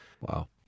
Wow